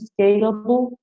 scalable